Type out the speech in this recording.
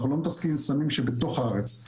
אנחנו לא מתעסקים עם סמים שבתוך הארץ.